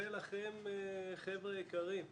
ולכן חבר'ה יקרים,